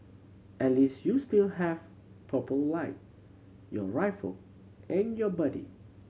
at least you still have Purple Light your rifle and your buddy